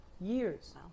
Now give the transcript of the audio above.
years